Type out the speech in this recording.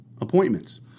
appointments